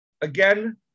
again